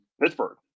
Pittsburgh